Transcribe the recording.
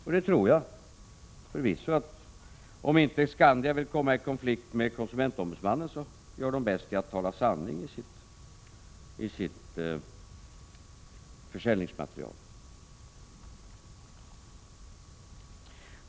Och jag tror förvisso att om inte Skandia vill komma i konflikt med konsumentombudsmannen, så gör försäkringsbolaget bäst i att tala sanning i sitt försäljningsmaterial.